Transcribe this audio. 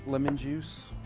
lemon juice,